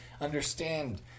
Understand